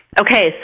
Okay